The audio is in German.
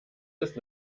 ist